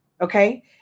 okay